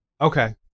Okay